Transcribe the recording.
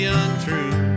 untrue